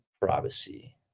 privacy